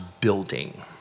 building